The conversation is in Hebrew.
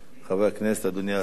חברי הכנסת, אדוני השר,